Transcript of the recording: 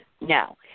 No